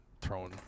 throwing